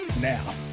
Now